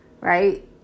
right